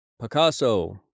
Picasso